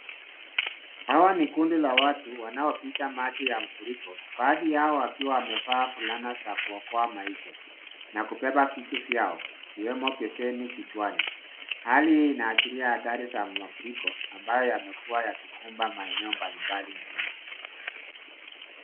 Hawa ni kundi la watu wanaopita maji ya mafuriko. Baadhi yao wakiwa wamevaa fulana za kuokoa maisha, na kubeba vitu vyao, ikwemo beseni kichwani. Hali hii inaashiria hatari za mafuriko, ambayo yamekua yakikumba maeneo mbali mbali nchini.